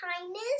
kindness